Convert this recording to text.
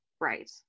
Right